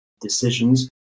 decisions